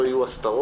לא יהיו הסתרות,